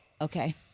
Okay